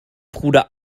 bruder